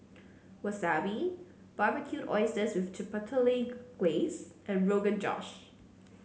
Wasabi Barbecued Oysters with Chipotle Glaze and Rogan Josh